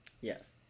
Yes